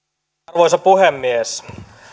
arvoisa puhemies